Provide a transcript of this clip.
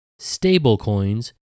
stablecoins